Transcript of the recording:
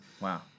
Wow